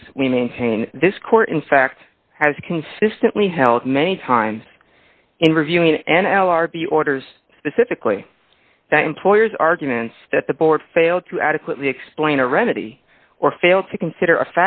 less we maintain this court in fact has consistently held many times in reviewing and l r b orders specifically that employers arguments that the board failed to adequately explain a remedy or fail to consider a